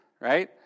right